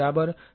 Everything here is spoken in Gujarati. તેથી આ ચિપ છે